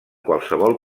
qualsevol